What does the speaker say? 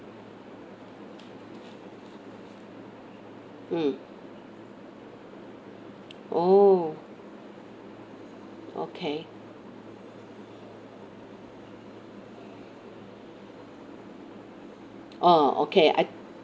mm oh okay ah okay I